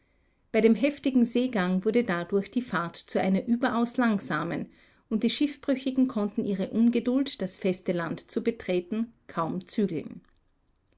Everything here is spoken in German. bei dem heftigen seegang wurde dadurch die fahrt zu einer überaus langsamen und die schiffbrüchigen konnten ihre ungeduld das feste land zu betreten kaum zügeln